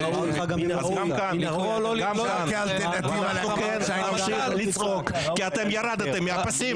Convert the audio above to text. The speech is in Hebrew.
אנחנו כן נמשיך לצעוק, כי אתם ירדתם מהפסים.